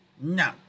No